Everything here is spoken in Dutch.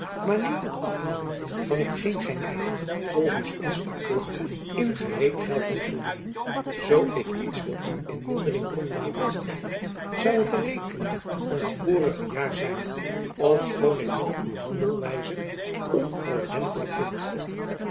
maar niet het afhouden van hetgeen gy my volgends ons akkoord in gereed geld moet voldoen zoo ik iets voor u in mindering kon laten jacob van lennep elizabeth musch strekken zoû het de rekening van het vorige jaar zijn ofschoon ik nog uw handelwijze onordentelijk vind